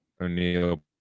o'neill